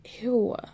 ew